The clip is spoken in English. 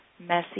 messy